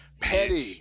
petty